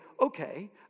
okay